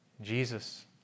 Jesus